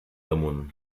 damunt